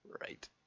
Right